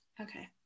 okay